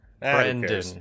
Brandon